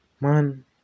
Man